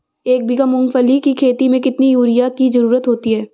एक बीघा मूंगफली की खेती में कितनी यूरिया की ज़रुरत होती है?